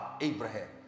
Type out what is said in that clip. Abraham